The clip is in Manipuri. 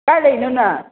ꯀꯥꯏ ꯂꯩꯔꯤꯅꯣ ꯅꯪ